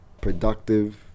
productive